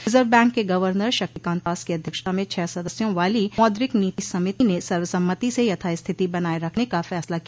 reserve bank के governor Shaktikanta Das की अध्यक्षता में छह सदस्यों वाली मौद्रिक नीति समिति ने सर्वसम्मति से यथास्थिति बनाये रखने का फसला किया